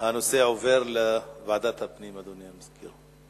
הנושא יועבר לוועדת הפנים, אדוני המזכיר.